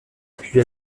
puis